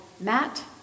Matt